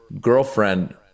girlfriend